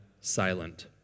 silent